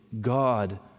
God